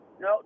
no